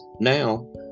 Now